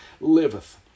liveth